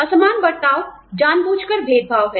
असमान बर्ताव जानबूझकर भेदभाव है